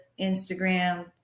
Instagram